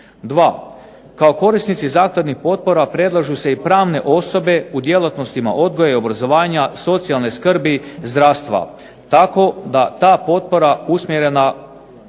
kao korisnici zakladnih potpora predlažu se i pravne osobe u djelatnosti odgoja i obrazovanja, socijalne skrbi, zdravstva tako da ta potpora usmjerena